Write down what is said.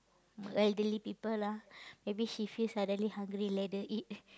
elderly people lah maybe she feels suddenly hungry let her eat